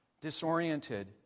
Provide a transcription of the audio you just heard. Disoriented